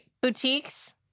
Boutiques